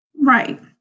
Right